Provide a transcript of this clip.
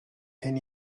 ten